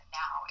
now